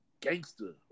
gangster